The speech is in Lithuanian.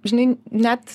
žinai net